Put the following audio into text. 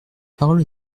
parole